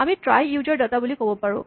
আমি TRAI user data বুলি ক'ব পাৰোঁ